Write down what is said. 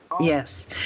yes